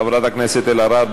חברת הכנסת אלהרר,